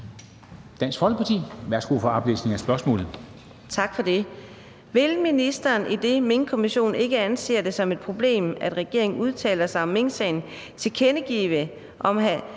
Dam Kristensen): Værsgo for oplæsning af spørgsmålet.